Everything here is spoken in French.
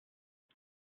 dix